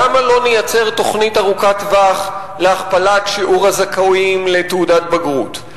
למה לא נייצר תוכנית ארוכת טווח להכפלת שיעור הזכאים לתעודת בגרות?